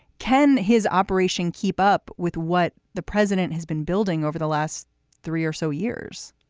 can his operation keep up with what the president has been building over the last three or so years?